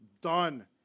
Done